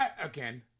Again